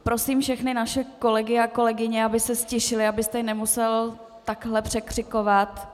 Prosím všechny naše kolegy a kolegyně, aby se ztišili, abyste je nemusel takhle překřikovat.